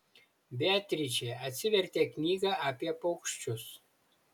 beatričė atsivertė knygą apie paukščius